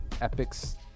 Epic's